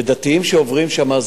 ודתיים שעוברים שם,